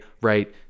right